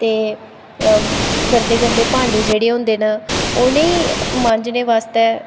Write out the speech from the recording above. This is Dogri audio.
ते गंदे गंदे भांडे जेह्ड़े होंदे न उ'नें गी मांजने बास्तै